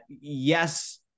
yes